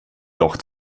doch